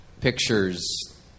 Pictures